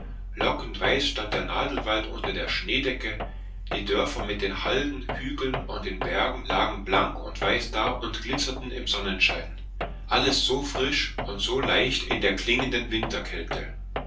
lockend weiß stand der nadelwald unter der schneedecke die dörfer mit den halden hügeln und den bergen lagen blank und weiß da und glitzerten im sonnenschein alles so frisch und so leicht in der klingenden winterkälte